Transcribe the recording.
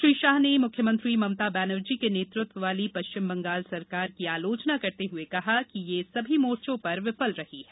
श्री शाह ने मुख्यमंत्री ममता बैनर्जी के नेतृत्व वाली पश्चिम बंगाल सरकार की आलोचना करते हुए कहा कि यह सभी मोर्चो पर विफल रही है